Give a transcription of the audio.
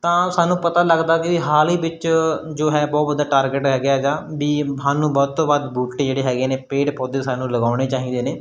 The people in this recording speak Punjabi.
ਤਾਂ ਸਾਨੂੰ ਪਤਾ ਲੱਗਦਾ ਕਿ ਹਾਲ ਹੀ ਵਿੱਚ ਜੋ ਹੈ ਬਹੁਤ ਵੱਡਾ ਟਾਰਗੇਟ ਹੈਗਾ ਇਹਦਾ ਵੀ ਸਾਨੂੰ ਵੱਧ ਤੋਂ ਵੱਧ ਬੂਟੇ ਜਿਹੜੇ ਹੈਗੇ ਨੇ ਪੇੜ ਪੌਦੇ ਸਾਨੂੰ ਲਗਾਉਣੇ ਚਾਹੀਦੇ ਨੇ